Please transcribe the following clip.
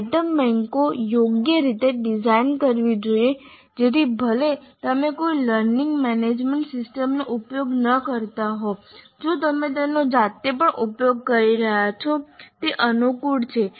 item બેંકો યોગ્ય રીતે ડિઝાઇન કરવી જોઈએ જેથી ભલે તમે કોઈ લર્નિંગ મેનેજમેન્ટ સિસ્ટમનો ઉપયોગ ન કરતા હોવ જો તમે તેનો જાતે પણ ઉપયોગ કરી રહ્યા છો તે અનુકૂળ છે